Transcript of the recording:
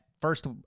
first